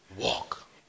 walk